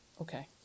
Okay